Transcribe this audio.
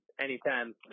anytime